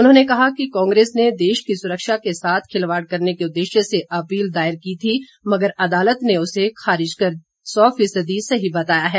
उन्होंने कहा है कि कांग्रेस ने देश की सुरक्षा के साथ खिलवाड़ करने के उदेश्य से अपील दायर की थी मगर अदालत ने उसे खारिज कर सौ फीसदी सही बताया है